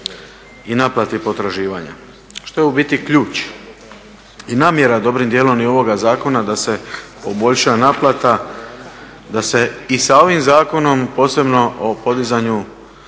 i naplati potraživanja, što je u biti ključ i namjera dobrim dijelom i ovoga zakona da se poboljša naplata da se i sa ovim zakonom posebno o podizanju